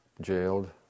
jailed